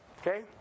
okay